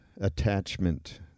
attachment